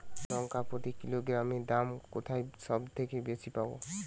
লঙ্কা প্রতি কিলোগ্রামে দাম কোথায় সব থেকে বেশি পাব?